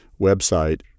website